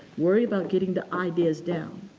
worry about getting the ideas down.